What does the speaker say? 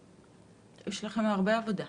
יש לכם הרבה עבודה.